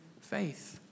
faith